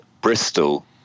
Bristol